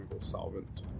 solvent